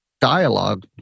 dialogue